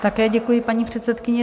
Také děkuji, paní předsedkyně.